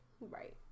Right